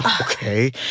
okay